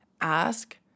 Ask